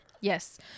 Yes